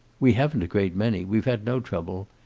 we haven't a great many. we've had no trouble.